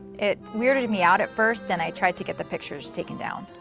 it weirded me out at first and i tried to get the pictures taken down.